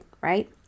right